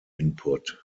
input